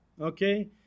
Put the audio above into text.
okay